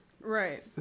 Right